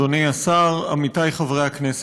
אדוני השר, עמיתיי חברי הכנסת,